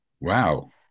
Wow